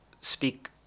speak